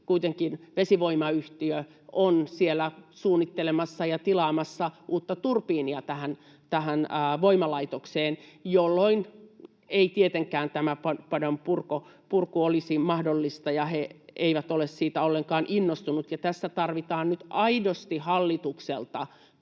kuitenkin vesivoimayhtiö on siellä suunnittelemassa ja tilaamassa uutta turbiinia tähän voimalaitokseen, jolloin ei tietenkään tämä padon purku olisi mahdollista, ja he eivät ole siitä ollenkaan innostuneita. Tässä tarvitaan nyt aidosti hallitukselta tahtoa